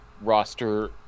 roster